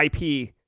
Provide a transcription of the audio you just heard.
IP